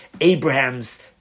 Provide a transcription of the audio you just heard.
Abraham's